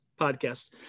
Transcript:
podcast